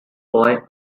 boy